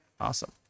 awesome